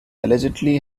allegedly